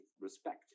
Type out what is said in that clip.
respect